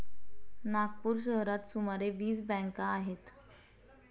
नागपूर शहरात सुमारे वीस बँका आहेत